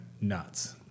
nuts